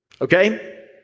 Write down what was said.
Okay